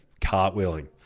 cartwheeling